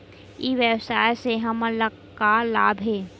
ई व्यवसाय से हमन ला का लाभ हे?